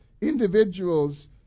individuals